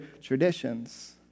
traditions